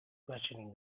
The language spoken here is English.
questioning